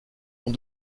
ont